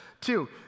Two